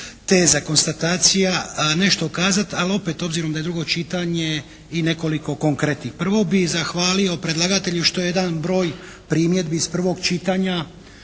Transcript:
teza, konstatacija, nešto kazati ali opet obzirom da je drugo čitanje i nekoliko konkretnih. Prvo bih zahvalio predlagatelju što je jedan broj primjedbi iz prvog čitanja